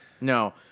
No